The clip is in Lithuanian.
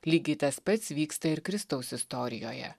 lygiai tas pats vyksta ir kristaus istorijoje